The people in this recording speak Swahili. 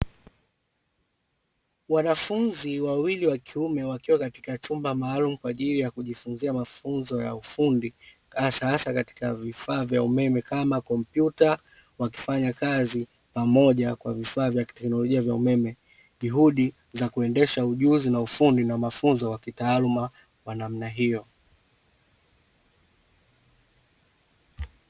Wanafunzi wawili wakiume wakiwa katika chumba maalumu kwa ajili ya kujifunzia mafunzo ya ufundi, hasahasa katika vifaa vya umeme kama kompyuta wakifanya kazi pamoja kwa vifaa vya kiteknolojia vya umeme, juhudi za kuendesha ujuzi na ufundi na mafunzo ya kitaaluma kwa namna hiyo.